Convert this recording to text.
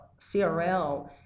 crl